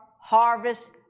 harvest